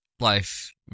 life